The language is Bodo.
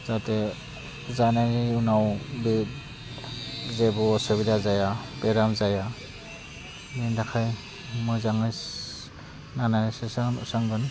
जाहाथे जानायनि उनाव बे जेबो असुबिदा जाया बेराम जाया बेनि थाखाय मोजाङै नायनानैसो संगोन